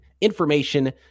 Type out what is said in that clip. information